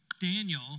Daniel